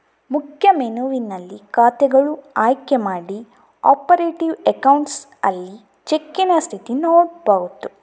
ಮುಖ್ಯ ಮೆನುವಿನಲ್ಲಿ ಖಾತೆಗಳು ಆಯ್ಕೆ ಮಾಡಿ ಆಪರೇಟಿವ್ ಅಕೌಂಟ್ಸ್ ಅಲ್ಲಿ ಚೆಕ್ಕಿನ ಸ್ಥಿತಿ ನೋಡ್ಬಹುದು